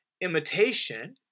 imitation